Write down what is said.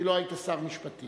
כי לא היית שר משפטים.